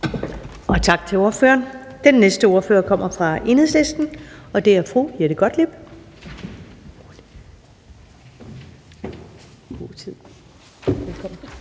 Tak til ordføreren. Den næste ordfører kommer fra Enhedslisten, og det er fru Jette Gottlieb.